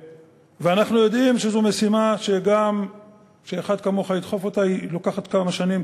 ואנחנו יודעים שזו משימה שגם כשאחד כמוך ידחף אותה היא לוקחת כמה שנים,